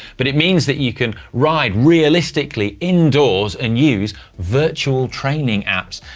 but it means that you can ride realistically indoors and use virtual training apps.